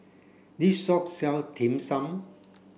this shop sell Dim Sum